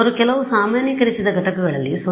ಅವರು ಕೆಲವು ಸಾಮಾನ್ಯೀಕರಿಸಿದ ಘಟಕಗಳಲ್ಲಿ 0